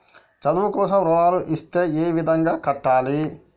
చదువు కోసం రుణాలు ఇస్తే ఏ విధంగా కట్టాలి?